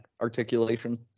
articulation